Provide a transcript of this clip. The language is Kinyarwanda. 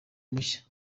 mushya